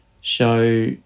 show